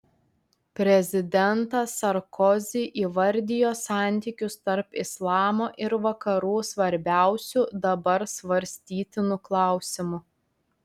prezidentas sarkozi įvardijo santykius tarp islamo ir vakarų svarbiausiu dabar svarstytinu klausimu